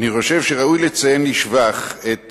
אני חושב שראוי לציין לשבח את